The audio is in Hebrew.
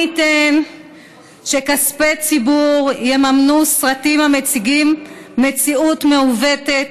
לא ניתן שכספי ציבור יממנו סרטים המציגים מציאות מעוותת,